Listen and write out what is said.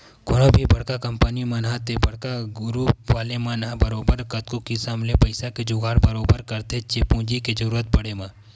कोनो भी बड़का कंपनी मन ह ते बड़का गुरूप वाले मन ह बरोबर कतको किसम ले पइसा के जुगाड़ बरोबर करथेच्चे पूंजी के जरुरत पड़े म